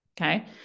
Okay